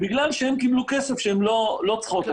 בגלל שהם קיבלו כסף שהם לא --- אתה